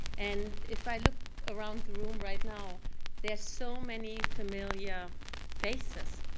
and if i look around the room right now there are so many familiar faces,